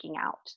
out